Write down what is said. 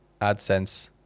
AdSense